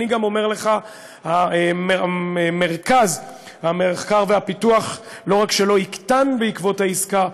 אני גם אומר לך: מרכז המחקר והפיתוח לא רק שלא יקטן בעקבות העסקה,